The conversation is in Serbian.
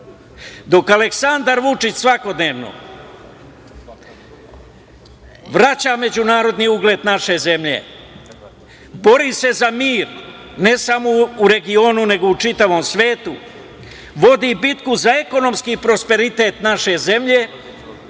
Aleksandar Vučić svakodnevno vraća međunarodni ugled naše zemlje, bori se za mir, ne samo u regionu nego u čitavom svetu, vodi bitku za ekonomski prosperitet naše zemlje,